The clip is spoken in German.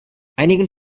einigen